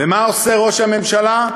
ומה עושה ראש הממשלה?